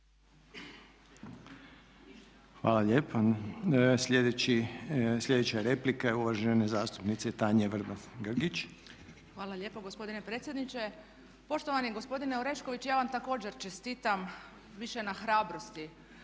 Hvala lijepa. Sljedeća replika je uvažene zastupnice Tanje Vrbat Grgić. **Vrbat Grgić, Tanja (SDP)** Hvala lijepa gospodine predsjedniče. Poštovani gospodine Orešković ja vam također čestitam više na hrabrosti